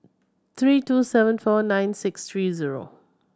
three two seven four nine six three zero